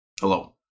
Hello